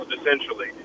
essentially